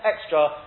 extra